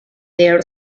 their